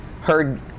heard